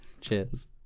Cheers